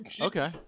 Okay